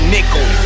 Nickel